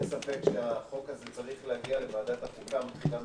אין ספק שהחוק הזה צריך להגיע לוועדת החוקה מבחינה מקצועית,